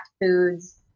foods